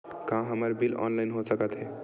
का हमर bill online हो सकत हे?